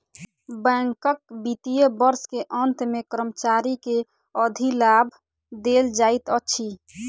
बैंकक वित्तीय वर्ष के अंत मे कर्मचारी के अधिलाभ देल जाइत अछि